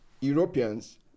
Europeans